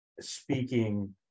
speaking